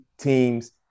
teams